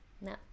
No